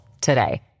today